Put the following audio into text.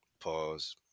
Pause